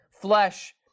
flesh